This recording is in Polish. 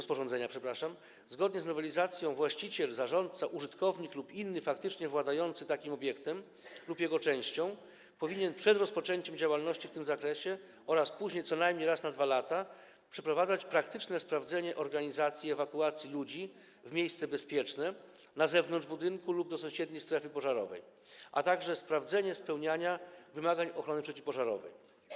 Zgodnie z nowelizacją właściciel, zarządca, użytkownik lub inny faktycznie władający takim obiektem lub jego częścią - to jest istota tego zarządzenia... przepraszam, rozporządzenia - powinien przed rozpoczęciem działalności w tym zakresie oraz później co najmniej raz na 2 lata przeprowadzać praktyczne sprawdzenie organizacji ewakuacji ludzi w miejsce bezpieczne, na zewnątrz budynku lub do sąsiedniej strefy pożarowej, a także sprawdzenie spełniania wymagań ochrony przeciwpożarowej.